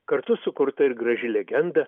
kartu sukurta ir graži legenda